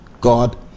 God